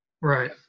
Right